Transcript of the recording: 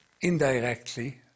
indirectly